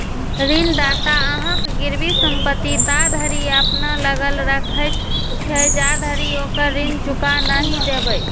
ऋणदाता अहांक गिरवी संपत्ति ताधरि अपना लग राखैत छै, जाधरि ओकर ऋण चुका नहि देबै